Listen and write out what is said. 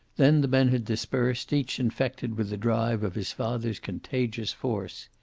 then the men had dispersed, each infected with the drive of his father's contagious force.